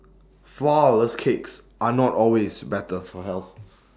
Flourless Cakes are not always better for health